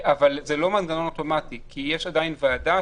זה לא מנגנון אוטומטי כי יש עדיין ועדה